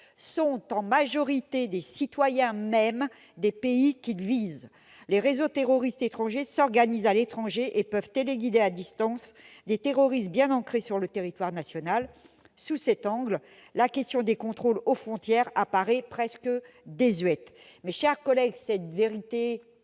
sont citoyens des pays mêmes qu'ils visent. Les réseaux terroristes étrangers s'organisent à l'étranger et peuvent téléguider à distance des terroristes bien ancrés sur le territoire national. Sous cet angle, la question des contrôles aux frontières apparaît presque comme désuète. Mes chers collègues, cette vérité